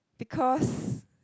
because